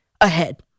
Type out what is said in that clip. ahead